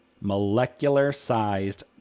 molecular-sized